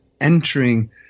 entering